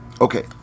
okay